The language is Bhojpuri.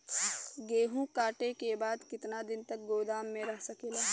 गेहूँ कांटे के बाद कितना दिन तक गोदाम में रह सकेला?